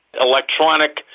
electronic